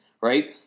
right